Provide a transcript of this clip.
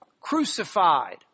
crucified